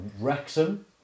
Wrexham